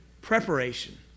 preparation